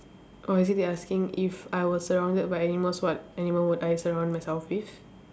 oh is it they asking if I was surrounded by animals what animal would I surround myself with